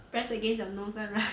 press against your nose [one] right